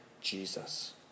Jesus